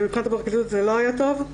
מבחינת הפרקליטות זה לא היה טוב.